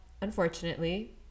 unfortunately